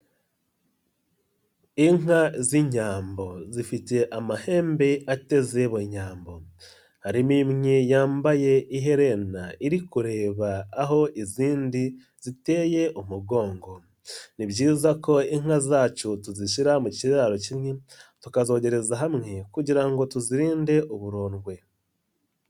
Inka z'inyambo zifite amahembe ateze bunyambo, harimo imwe yambaye iherena iri kureba aho izindi ziteye umugongo, ni byiza ko inka zacu tuzishyira mu kiraro kinini tukazogereza hamwe kugira ngo tuzirinde uburondwe.